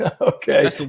Okay